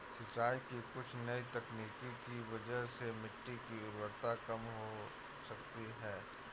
सिंचाई की कुछ नई तकनीकों की वजह से मिट्टी की उर्वरता कम हो सकती है